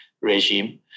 regime